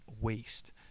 waste